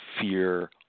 Fear